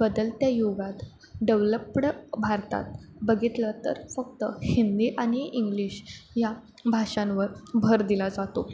बदलत्या युगात डेव्हलप्ड भारतात बघितलं तर फक्त हिंदी आणि इंग्लिश या भाषांवर भर दिला जातो